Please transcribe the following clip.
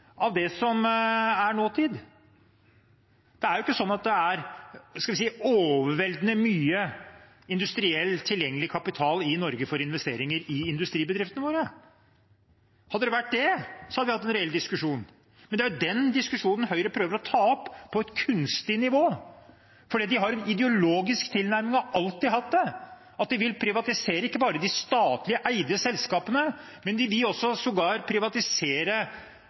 av det som er nåtid. Det er jo ikke sånn at det er overveldende mye industriell tilgjengelig kapital i Norge for investeringer i industribedriftene våre. Hadde det vært det, hadde vi hatt en reell diskusjon. Men det er den diskusjonen Høyre prøver å ta opp på et kunstig nivå, fordi de har en ideologisk tilnærming – og har alltid hatt det: De vil privatisere ikke bare de statlig eide selskapene, men